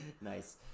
Nice